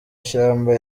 ishyamba